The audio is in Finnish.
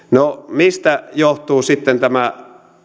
mistä johtuu sitten tämä